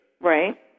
Right